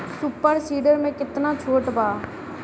Super seeder मै कितना छुट बा?